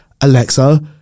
Alexa